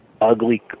ugly